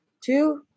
two